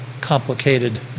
complicated